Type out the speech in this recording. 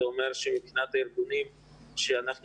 זה אומר שמבחינת הארגונים שאנחנו